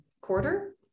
quarter